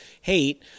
hate